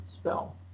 spell